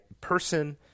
person